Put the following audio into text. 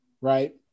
right